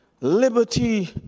liberty